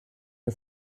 die